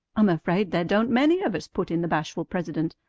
i'm afraid there don't many of us, put in the bashful president.